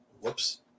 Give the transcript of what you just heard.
whoops